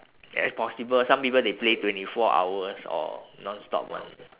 ya it's possible some people they play twenty four hours or non-stop [one]